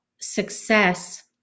Success